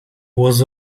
was